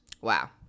Wow